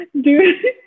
Dude